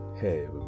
Hey